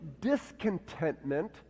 discontentment